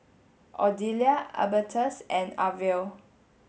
Odelia Albertus and Arvel